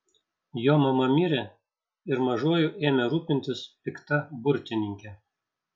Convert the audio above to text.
jo mama mirė ir mažuoju ėmė rūpintis pikta burtininkė